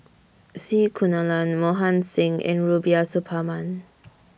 C Kunalan Mohan Singh and Rubiah Suparman